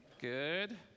Good